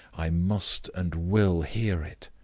i must and will hear it!